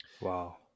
Wow